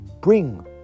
bring